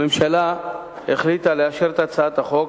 הממשלה החליטה לאשר את הצעת החוק.